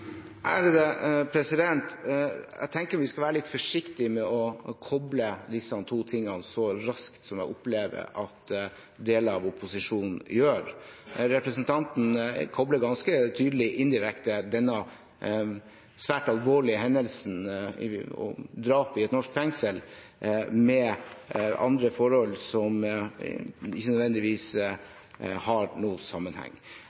Jeg tenker at vi skal være litt forsiktige med å koble disse to tingene så raskt som jeg opplever at deler av opposisjonen gjør. Representanten kobler ganske tydelig indirekte denne svært alvorlige hendelsen, drapet, i et norsk fengsel med forhold som ikke nødvendigvis har noen sammenheng.